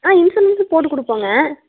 ஆ இன்ஸ்யூரன்ஸும் போட்டுக் கொடுப்போங்க